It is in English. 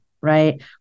right